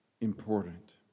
important